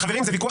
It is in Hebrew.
חברים, זה ויכוח